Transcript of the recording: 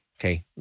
Okay